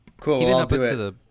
Cool